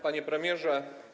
Panie Premierze!